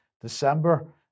December